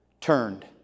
turned